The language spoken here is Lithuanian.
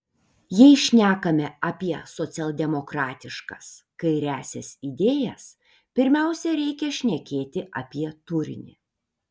jei šnekame apie socialdemokratiškas kairiąsias idėjas pirmiausia reikia šnekėti apie turinį